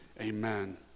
amen